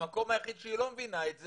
זה המקום היחידי שהיא לא מבינה את זה.